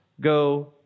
go